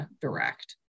direct